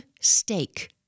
steak